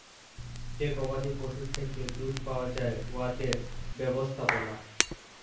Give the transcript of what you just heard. যে গবাদি পশুর থ্যাকে দুহুদ পাউয়া যায় উয়াদের ব্যবস্থাপলা